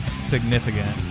significant